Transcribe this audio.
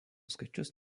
skaičius